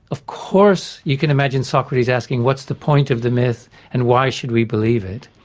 of course you can imagine socrates asking what's the point of the myth and why should we believe it,